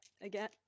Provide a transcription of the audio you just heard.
again